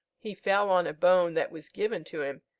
he fell on a bone that was given to him,